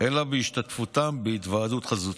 אלא בהשתתפותם בהיוועדות חזותית,